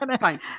fine